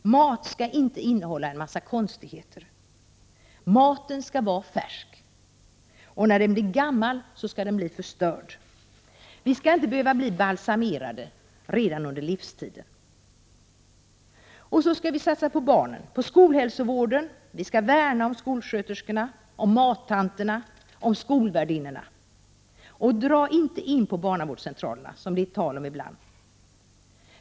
Mat skall inte innehålla en massa konstigheter. Maten skall vara färsk, och när den blir gammal skall den bli förstörd. Vi behöver inte bli balsamerade redan under livstiden. Satsa på barnen. Satsa på skolhälsovården. Värna om skolsköterskorna, mattanterna, skolvärdinnorna. Dra inte in på barnavårdscentralerna.